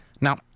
Now